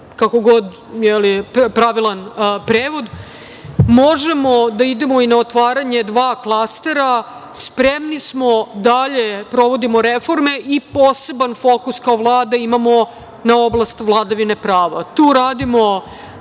kako god je pravilan prevod. Možemo i da idemo na otvaranje dva klastera. Spremni smo, dalje provodimo reforme i poseban fokus kao Vlada imamo na oblast vladavine prava. Tu radimo